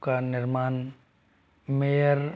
का निर्माण मेयर